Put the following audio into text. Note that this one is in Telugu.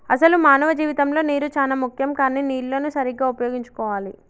అసలు మానవ జీవితంలో నీరు చానా ముఖ్యం కానీ నీళ్లన్ను సరీగ్గా ఉపయోగించుకోవాలి